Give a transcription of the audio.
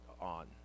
on